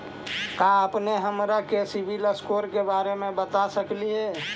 का अपने हमरा के सिबिल स्कोर के बारे मे बता सकली हे?